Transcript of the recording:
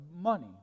Money